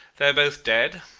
they are both dead,